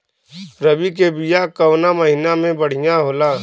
रबी के बिया कवना महीना मे बढ़ियां होला?